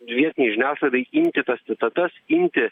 vietinei žiniasklaidai imti tas citatas imti